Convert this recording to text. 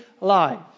life